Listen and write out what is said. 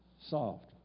soft